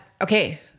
okay